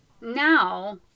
now